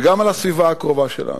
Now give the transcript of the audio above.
וגם על הסביבה הקרובה שלנו.